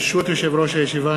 ברשות יושב-ראש הישיבה,